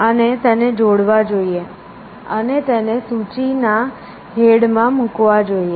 અને તેને જોડવા જોઈએ અને તેને સૂચિ ના હેડ માં મૂકવા જોઈએ